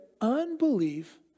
unbelief